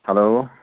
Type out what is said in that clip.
hello